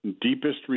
deepest